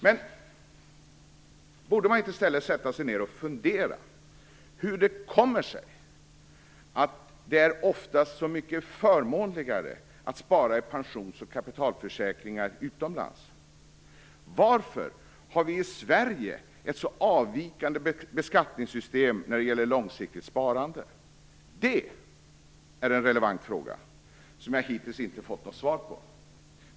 Men borde man inte i stället sätta sig ned och fundera över hur det kommer sig att det oftast är så mycket förmånligare att spara i pensions och kapitalförsäkringar utomlands? Varför har vi i Sverige ett så avvikande beskattningssystem när det gäller långsiktigt sparande? Det är en relevant fråga som jag hittills inte har fått något svar på.